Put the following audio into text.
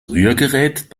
rührgerät